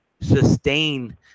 sustain